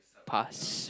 past